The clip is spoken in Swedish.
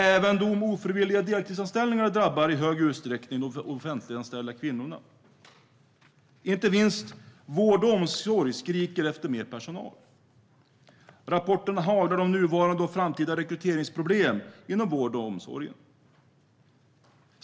Även de ofrivilliga deltidsanställningarna drabbar i hög utsträckning de offentliganställda kvinnorna. Inte minst vård och omsorg skriker efter mer personal. Rapporterna haglar om nuvarande och framtida rekryteringsproblem inom vård och omsorg.